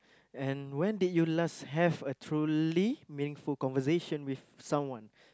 and when did you last have a truly meaningful conversation with someone